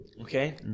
Okay